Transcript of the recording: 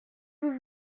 vous